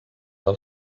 del